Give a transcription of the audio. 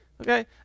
Okay